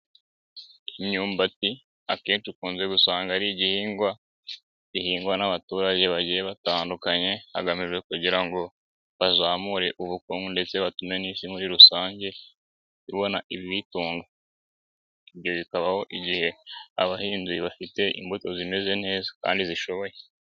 Imyumbati akenshi ukunze gusanga ari igihingwa gihingwa n'abaturage bagiye batandukanye hagamijwe kugira ngo bazamure ubukungu ndetse batume n'isi muri rusange ibona ibiyitunga, ibyo bikabaho igihe abahinzi bafite imbuto zimeze neza kandi zishoboye.